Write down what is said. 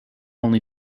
only